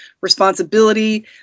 responsibility